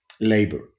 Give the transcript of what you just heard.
labor